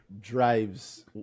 drives